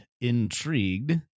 Intrigued